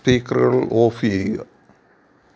സ്പീക്കറുകൾ off ചെയ്യുക